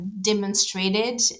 demonstrated